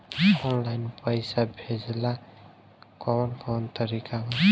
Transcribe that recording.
Online पइसा भेजेला कवन कवन तरीका बा?